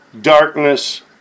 darkness